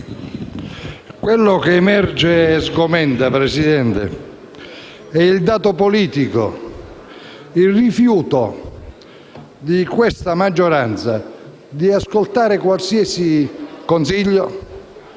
ciò che emerge e sgomenta è il dato politico: il rifiuto di questa maggioranza di ascoltare qualsiasi consiglio